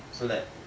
so like